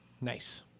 Nice